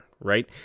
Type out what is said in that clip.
right